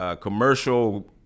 Commercial